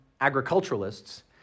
agriculturalists